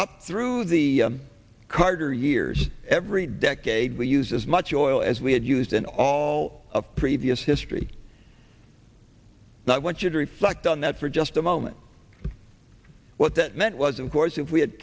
up through the carter years every day cade we use as much oil as we had used in all of previous history now i want you to reflect on that for just a moment what that meant was of course if we had